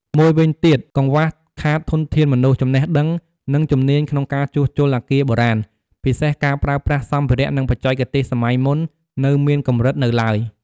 មួយវិញទៀត កង្វះខាតធនធានមនុស្ស ចំណេះដឹង និងជំនាញក្នុងការជួសជុលអគារបុរាណ ពិសេសការប្រើប្រាស់សម្ភារៈ និងបច្ចេកទេសសម័យមុន នៅមានកម្រិតនៅឡើយ។